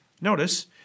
notice